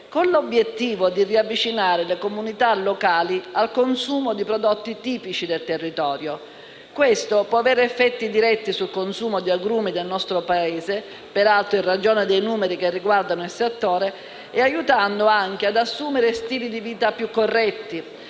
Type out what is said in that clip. con l'obiettivo di riavvicinare le comunità locali al consumo di prodotti tipici del territorio. Questo può avere effetti diretti sul consumo di agrumi nel nostro Paese, peraltro in ragione dei numeri che riguardano il settore, aiutando ad assumere stili di vita più corretti,